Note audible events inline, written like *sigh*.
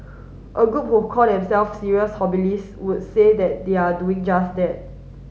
a group who call themselves serious *unintelligible* would say that they are doing just that